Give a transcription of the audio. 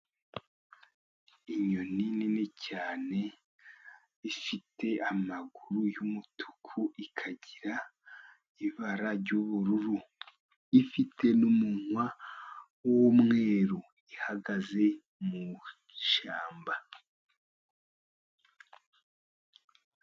Inyoni nini cyane, ifite amaguru y'umutuku, ikagira ibara ry'ubururu, ifite n'umunwa w'umweru, ihagaze mu ishyamba.